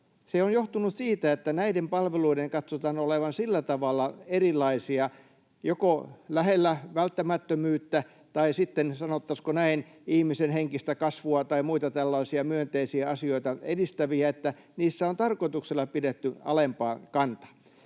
Se on johtunut siitä, että näiden palveluiden katsotaan olevan sillä tavalla erilaisia, joko lähellä välttämättömyyttä tai sitten, sanottaisiinko näin, ihmisen henkistä kasvua tai muita tällaisia myönteisiä asioita edistäviä, että niissä on tarkoituksella pidetty alempaa kantaa.